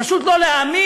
פשוט לא להאמין.